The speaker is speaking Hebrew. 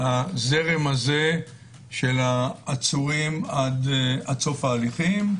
הזרם הזה של העצורים עד סוף ההליכים.